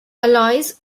alloys